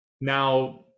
now